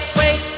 wait